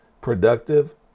productive